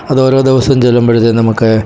അത് ഓരോ ദിവസം ചെല്ലുമ്പോഴത്തേക്കും നമ്മൾക്ക്